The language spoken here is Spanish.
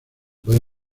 puede